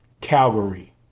Calgary